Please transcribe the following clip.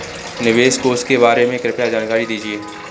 निवेश कोष के बारे में कृपया जानकारी दीजिए